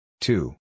Two